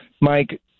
Mike